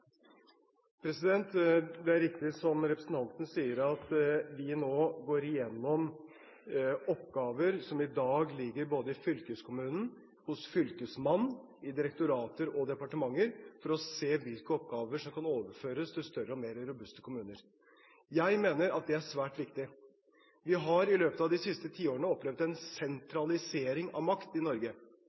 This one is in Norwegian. Det er riktig, som representanten sier, at vi nå går igjennom oppgaver som i dag ligger både i fylkeskommunen, hos Fylkesmannen, i direktorater og departementer, for å se hvilke oppgaver som kan overføres til større og mer robuste kommuner. Jeg mener det er svært viktig. Vi har i løpet av de siste tiårene opplevd en sentralisering av makt i Norge,